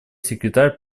секретарь